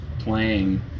playing